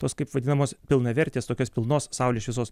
tos kaip vadinamos pilnavertės tokios pilnos saulės šviesos